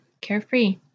carefree